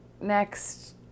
next